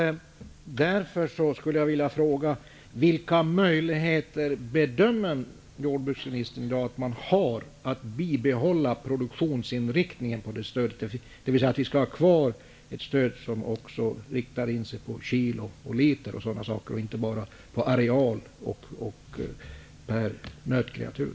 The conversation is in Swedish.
Därför vill jag fråga vilka möjligheter jordbruksministern bedömer att det finns för att bibehålla produktionsinriktningen på det stödet, dvs. att vi skall ha kvar ett stöd som också riktar in sig på kilo, liter osv. och inte bara på areal och per nötkreatur.